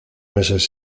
meses